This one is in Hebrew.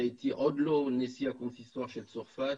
כשעוד לא הייתי נשיא הקונסיסטואר של צרפת